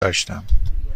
داشتم